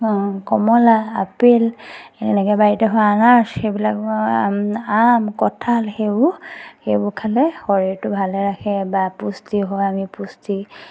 কমলা apple এনেকৈ বাৰীতে হোৱা আনাৰস সেইবিলাক আম আম কঁঠাল সেইবোৰ সেইবোৰ খালে শৰীৰটো ভালে ৰাখে বা পুষ্টি হয় আমি পুষ্টি